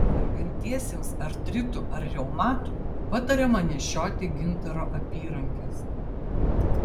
sergantiesiems artritu ar reumatu patariama nešioti gintaro apyrankes